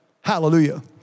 Hallelujah